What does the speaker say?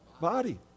body